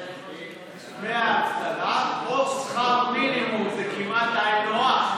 דמי האבטלה או שכר מינימום, זה כמעט היינו הך.